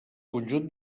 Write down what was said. conjunt